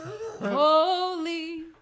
Holy